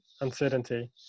uncertainty